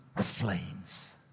flames